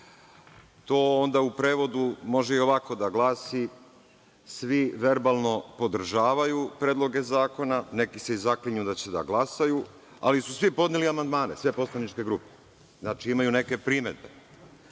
To onda u prevodu može ovako da glasi – svi verbalno podržavaju predloge zakona, neki se zaklinju da će da glasaju, ali su svi podneli amandmane. Sve poslaničke grupe imaju neke primedbe.